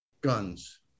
guns